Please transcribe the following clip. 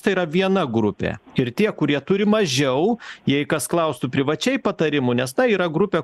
tai yra viena grupė ir tie kurie turi mažiau jei kas klaustų privačiai patarimų nes ta yra grupė